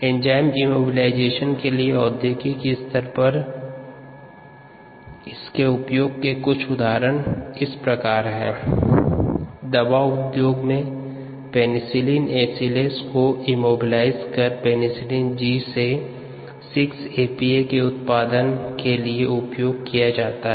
enzyme immobilisation के औद्योगिक स्तर पर उपयोग के कुछ उदाहरण इस प्रकार है दवा उद्योग में पेनिसिलिन एसिलेस को इमोबिलाइज्ड कर पेनिसिलिन जी से 6 एपीए के उत्पादन के लिए उपयोग किया गया है